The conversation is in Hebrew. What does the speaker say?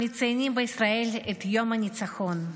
מציינים בישראל את יום הניצחון,